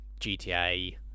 GTA